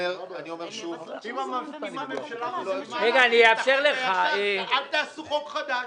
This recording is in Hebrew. אם הממשלה מסכימה, אל תעשו חוק חדש.